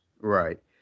Right